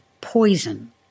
poison